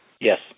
Yes